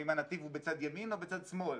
אם הנתיב הוא בצד ימין או בצד שמאל.